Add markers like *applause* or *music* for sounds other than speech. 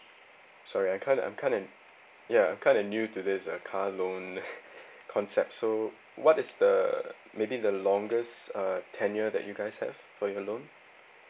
sorry I'm kind I'm kind of ya I'm kind of new to this uh car loan *laughs* concept so what is the maybe the longest uh tenure that you guys have for your loan